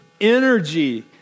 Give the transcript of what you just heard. energy